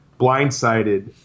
blindsided